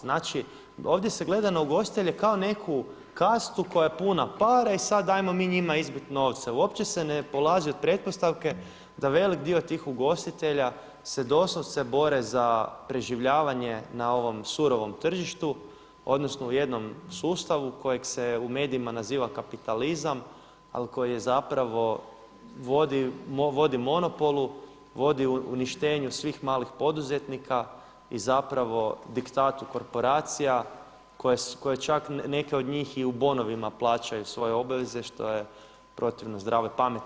Znači ovdje se gleda na ugostitelje kao neku kastu koja je puna para i sada ajmo mi njima izbit novce. uopće se ne polazi od pretpostavke da velik dio tih ugostitelja se doslovce bore za preživljavanje na ovom surovom tržištu odnosno u jednom sustavu kojeg se u medijima naziva kapitalizam, ali koji zapravo vodi monopolu, vodi uništenju svih malih poduzetnika i zapravo diktatu korporacija koje čak neke od njih i u bonovima plaćaju svoje obveze što je protivno zdravoj pameti.